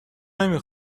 نمی